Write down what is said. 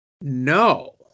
no